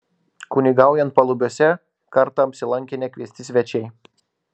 kunigaujant palubiuose kartą apsilankė nekviesti svečiai